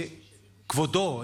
כבודו,